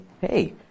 hey